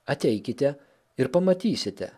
ateikite ir pamatysite